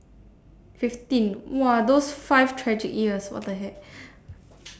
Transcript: fifteen !wah! those five tragic years what the heck